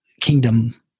kingdom